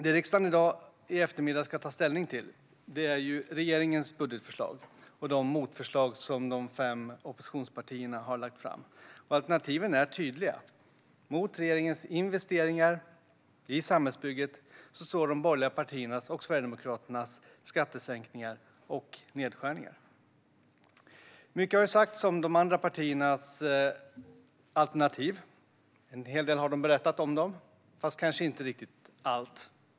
Det riksdagen i dag, i eftermiddag, ska ta ställning till är regeringens budgetförslag och de motförslag som de fem oppositionspartierna har lagt fram. Alternativen är tydliga. Mot regeringens investeringar i samhällsbygget står de borgerliga partiernas och Sverigedemokraternas skattesänkningar och nedskärningar. Mycket har sagts om de andra partiernas alternativ. De har berättat en hel del, fast kanske inte riktigt allt.